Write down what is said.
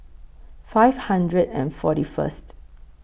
five hundred and forty First